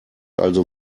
also